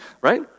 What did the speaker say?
right